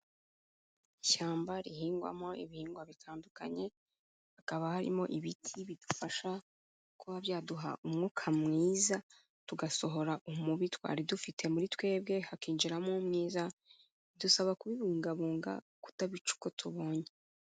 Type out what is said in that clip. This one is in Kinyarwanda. Ishyamba rihingwamo ibihingwa bitandukanye, hakaba harimo ibiti bidufasha kuba byaduha umwuka mwiza, tugasohora umubi twari dufite muri twebwe, hakinjiramo umwiza, bidusaba kubibungabunga kutabica uko tubonye.